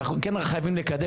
אבל אנחנו כן חייבים לקדם.